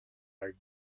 are